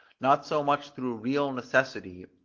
not so much through real necessity,